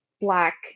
black